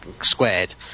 squared